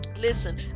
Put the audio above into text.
Listen